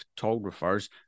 photographers